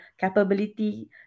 capability